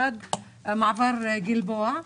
האחד הוא מעבר הגלבוע,